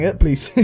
please